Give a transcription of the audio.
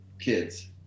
kids